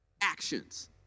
actions